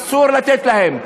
אסור לתת להם.